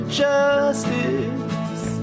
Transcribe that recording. justice